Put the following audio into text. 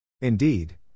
Indeed